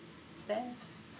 steph